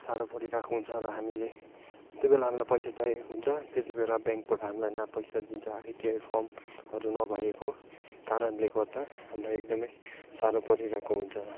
साह्रो परिरहेको हुन्छ र हामीले त्यस्तै बेला हामीलाई पैसा चाहिएको हुन्छ त्यति बेला ब्याङ्कबाट हामीलाई न पैसा दिन्छ आइटिआइ फमहरू नभएको कारणले गर्दा हामीलाई एकदमै साह्रो परिरहेको हुन्छ